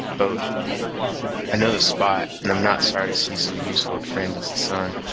both i know the spot, and am not sorry to see so useful a fri'nd as the sun.